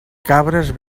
cabres